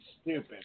stupid